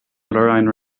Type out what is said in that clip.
plurajn